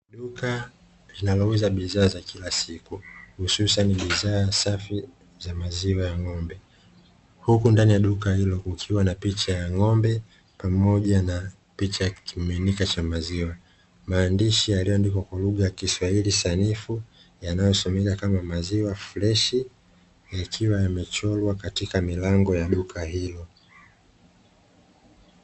Duka linalouza bidhaa za kila siku hususani bidhaa safi za maziwa ya ng'ombe huku ndani ya duka hilo kukiwa na picha ya ng'ombe pamoja na picha ya kimiminika cha maziwa, maandishi yaliyoandikwa kwa lugha ya kiswahili sanifu yanayosomeka kama maziwa freshi yakiwa yamechorwa katika milango ya duka hilo.